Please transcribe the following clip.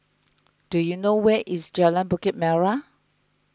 do you know where is Jalan Bukit Merah